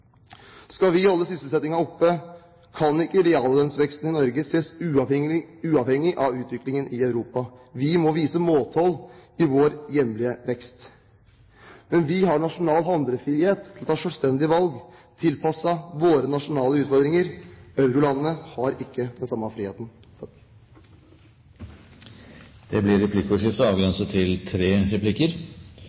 Skal vi holde sysselsettingen oppe, kan ikke reallønnsveksten i Norge ses uavhengig av utviklingen i Europa. Vi må vise måtehold i vår hjemlige vekst. Vi har handlefrihet til å ta selvstendige valg – tilpasset våre nasjonale utfordringer. Eurolandene har ikke den samme friheten. Det blir